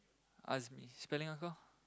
Azmi spelling uncle